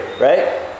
right